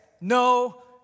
no